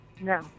No